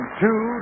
two